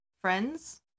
friends